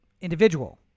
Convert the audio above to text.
individual